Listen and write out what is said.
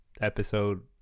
episode